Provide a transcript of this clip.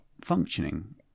functioning